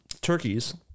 turkeys